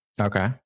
okay